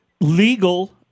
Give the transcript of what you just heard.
legal